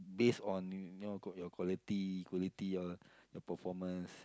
based on you know your quality quality your your performance